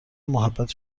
محبت